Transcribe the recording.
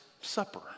Supper